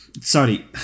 Sorry